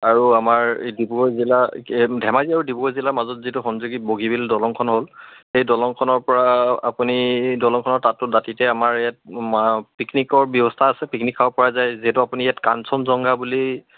আৰু আমাৰ এই ডিব্ৰুগড় জিলা কি ধেমাজি আৰু ডিব্ৰগড় জিলাৰ মাজত যিটো সংযোগী বগীবিল দলংখন হ'ল সেই দলংখনৰ পৰা আপুনি দলংখনৰ তাতো দাঁতিতে আমাৰ ইয়াত পিকনিকৰ ব্যৱস্থা আছে পিকনিক খাবপৰা যায় যিহেতু আপুনি ইয়াত কাঞ্চনজংঘা বুলি